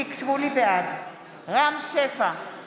בעד רם שפע, בעד